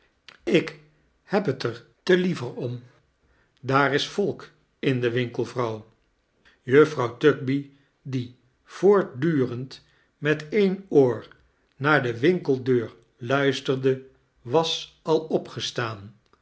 ik heb het er te fever am daar is volk in den winkel vrouw juffrouw tugby die voortdureind met een oor naar de winkeldeur luisterde was al opgestaan